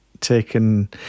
taken